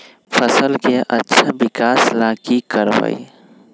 फसल के अच्छा विकास ला की करवाई?